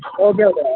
okay Udaya